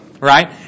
right